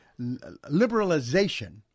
liberalization